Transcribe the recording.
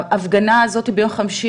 אני לא אתן את דעתי על ההפגנה הזאת ביום חמישי,